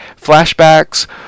flashbacks